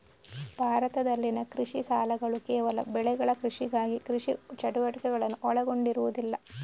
ಭಾರತದಲ್ಲಿನ ಕೃಷಿ ಸಾಲಗಳುಕೇವಲ ಬೆಳೆಗಳ ಕೃಷಿಗಾಗಿ ಕೃಷಿ ಚಟುವಟಿಕೆಗಳನ್ನು ಒಳಗೊಂಡಿರುವುದಿಲ್ಲ